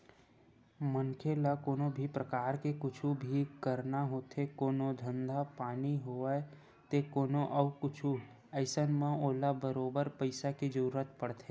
मनखे ल कोनो भी परकार के कुछु भी करना होथे कोनो धंधा पानी होवय ते कोनो अउ कुछु अइसन म ओला बरोबर पइसा के जरुरत पड़थे